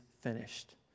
finished